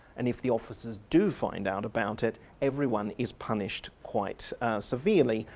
and if the officers do find out about it, everyone is punished quite severely.